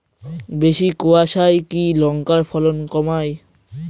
বেশি কোয়াশায় কি লঙ্কার ফলন কমায়?